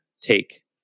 take